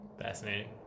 Fascinating